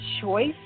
choice